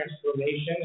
Transformation